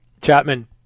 Chapman